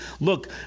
look